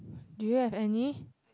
do you have any